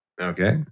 Okay